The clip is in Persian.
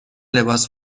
لباس